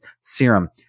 serum